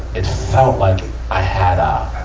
it felt like i had a,